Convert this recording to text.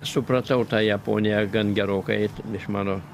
supratau tą japoniją gan gerokai iš mano